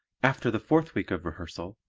after the fourth week of rehearsal,